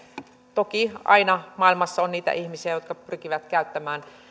toki aina maailmassa on niitä ihmisiä jotka pyrkivät käyttämään myöskin